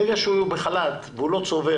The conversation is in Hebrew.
ברגע שהוא בחל"ת הוא לא צובר